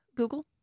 Google